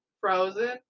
Frozen